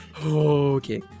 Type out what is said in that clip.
okay